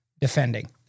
defending